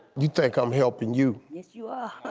you think i'm helpin' you. yes you are.